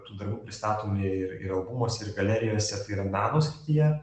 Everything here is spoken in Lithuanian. tų darbų pristatomi ir ir albumuose ir galerijose tai yra meno srityje